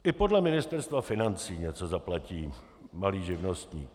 I podle Ministerstva financí něco zaplatí malý živnostník.